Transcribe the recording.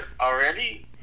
already